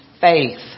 faith